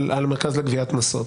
על המרכז לגביית קנסות.